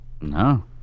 No